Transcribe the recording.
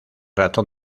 ratón